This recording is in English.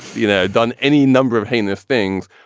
you know, done any number of heinous things.